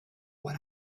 what